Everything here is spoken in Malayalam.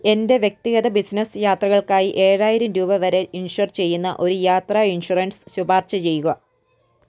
എൻ്റെ വ്യക്തിഗത ബിസിനസ്സ് യാത്രകൾക്കായി ഏഴായിരം രൂപ വരെ ഇൻഷ്വർ ചെയ്യുന്ന ഒരു യാത്രാ ഇൻഷുറൻസ് ശുപാർശ ചെയ്യുക